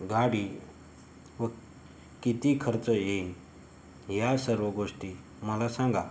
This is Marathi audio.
गाडी व किती खर्च येईल या सर्व गोष्टी मला सांगा